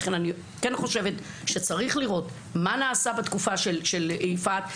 לכן אני כן חושבת שצריך לראות מה נעשה בתקופה של יפעת,